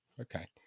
okay